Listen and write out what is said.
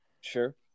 Sure